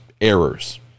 errors